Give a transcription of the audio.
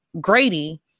Grady